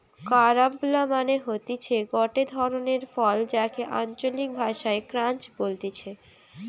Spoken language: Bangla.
কারাম্বলা মানে হতিছে গটে ধরণের ফল যাকে আঞ্চলিক ভাষায় ক্রাঞ্চ বলতিছে